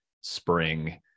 spring